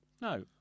No